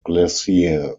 glacier